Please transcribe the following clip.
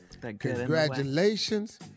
Congratulations